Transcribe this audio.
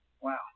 Wow